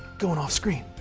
going off-screen,